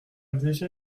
déjà